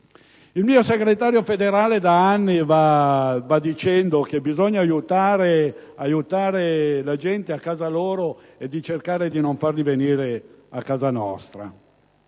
Il mio segretario federale da anni afferma che bisogna aiutare la gente a casa propria e che dobbiamo cercare di non farli venire a casa nostra.